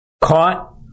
Caught